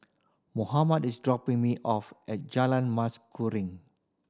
Mohammed is dropping me off at Jalan Mas Kuning